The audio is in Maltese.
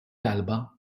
talba